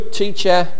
teacher